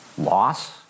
Loss